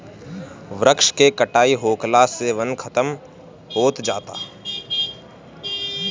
वृक्ष के कटाई होखला से वन खतम होत जाता